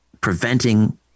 preventing